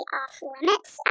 off-limits